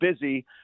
busy